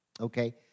okay